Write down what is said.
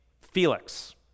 Felix